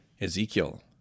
Ezekiel